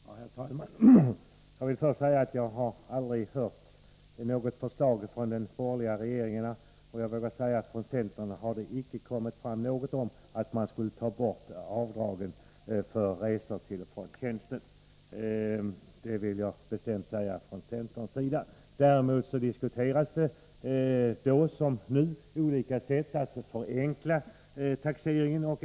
Herr talman! Jag vill först säga att jag aldrig hört talas om något förslag från den borgerliga regeringen om att ta bort avdragen för resa till och från arbetet. Det vill jag bestämt säga från centerns sida. Däremot diskuterades det då liksom nu olika sätt att förenkla taxeringen.